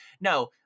no